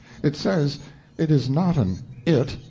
it says it is not an it,